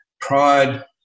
Pride